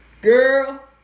Girl